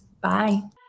Bye